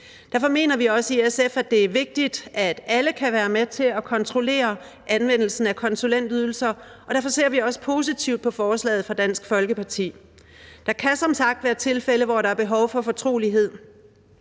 Derfor mener vi også i SF, at det er vigtigt, at alle kan være med til at kontrollere anvendelsen af konsulentydelser, og derfor ser vi også positivt på forslaget fra Dansk Folkeparti. Der kan som sagt være tilfælde, hvor der er behov for fortrolighed,